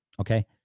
Okay